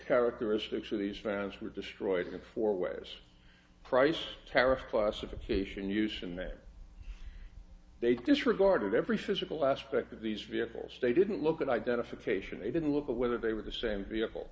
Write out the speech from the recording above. characteristics of these fans were destroyed and for ways price tariff classification used in that they disregarded every physical aspect of these vehicles they didn't look at identification they didn't look at whether they were the same vehicle